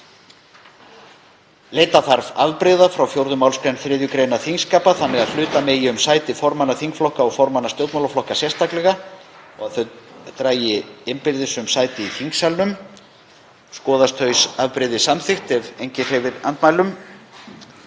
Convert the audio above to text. Leita þarf afbrigða frá 4. mgr. 3. gr. þingskapa þannig að hluta megi um sæti formanna þingflokka og formanna stjórnmálaflokka sérstaklega og þau dragi innbyrðis um sæti í þingsalnum. Skoðast þau afbrigði samþykkt ef enginn hreyfir andmælum.